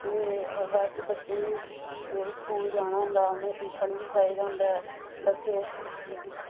बाद च बच्चे स्कूल जाना होंदा उ'नें टिफन बी चाहिदा होंदा ऐ बच्चे